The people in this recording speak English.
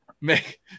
make